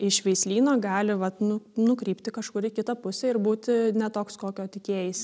iš veislyno gali vat nu nukrypti kažkur į kitą pusę ir būti ne toks kokio tiekėjais